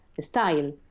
style